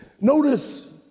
Notice